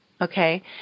okay